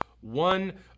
one